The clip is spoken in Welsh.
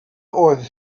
oedd